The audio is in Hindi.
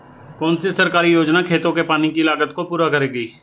कौन सी सरकारी योजना खेतों के पानी की लागत को पूरा करेगी?